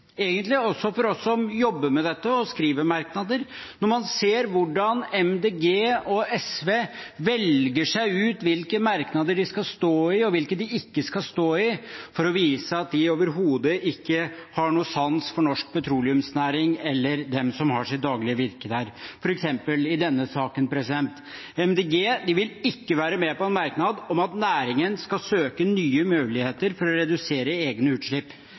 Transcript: egentlig også for oss som jobber med dette og skriver merknader – når man ser hvordan Miljøpartiet De Grønne og SV velger seg ut hvilke merknader de skal stå i, og hvilke de ikke skal stå i, for å vise at de overhodet ikke har noen sans for norsk petroleumsnæring eller dem som har sitt daglige virke der, f.eks. i denne saken. Miljøpartiet De Grønne vil ikke være med på en merknad om at næringen skal søke nye muligheter for å redusere egne utslipp,